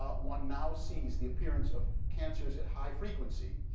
ah one now sees the appearance of cancers at high frequency.